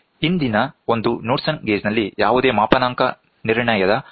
ಹಿಂದಿನ ಒಂದು Knudsen gauge ನಲ್ಲಿ ಯಾವುದೇ ಮಾಪನಾಂಕ ನಿರ್ಣಯದ ಅವಶ್ಯಕತೆ ಯಿಲ್ಲ